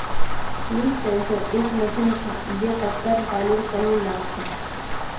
leaf sensor एक machine छ जे पत्तात पानीर कमी नाप छ